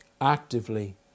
actively